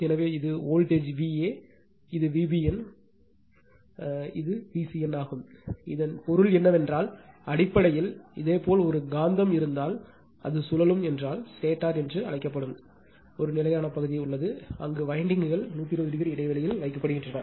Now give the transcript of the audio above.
எனவே இது voltage Va இது Vbn இது இதேபோல் Vcn ஆகும் இதன் பொருள் என்னவென்றால் அடிப்படையில் இதேபோல் ஒரு காந்தம் இருந்தால் அது சுழலும் என்றால் ஸ்டேட்டர் என்று அழைக்கப்படும் ஒரு நிலையான பகுதி அங்கு வயண்டிங்கள் 120o இடைவெளியில் வைக்கப்படுகின்றன